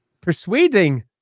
persuading